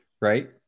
right